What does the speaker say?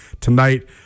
tonight